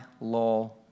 law